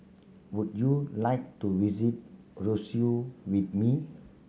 would you like to visit Roseau with me